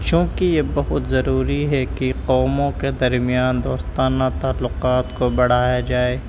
چونکہ یہ بہت ضروری ہے کہ قوموں کے درمیان دوستانہ تعلقات کو بڑھایا جائے